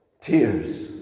tears